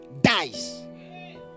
dies